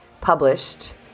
published